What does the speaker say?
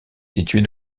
située